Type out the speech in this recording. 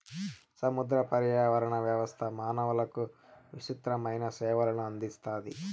సముద్ర పర్యావరణ వ్యవస్థ మానవులకు విసృతమైన సేవలను అందిస్తాయి